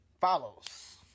follows